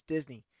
Disney